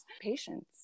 patience